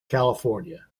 california